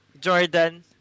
Jordan